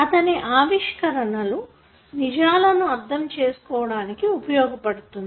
అతని ఆవిష్కరణలు నిజాలను అర్థం చేసుకోవడానికి ఉపయోగపడుతుంది